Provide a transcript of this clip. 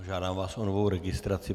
Žádám vás o novou registraci.